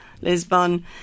Lisbon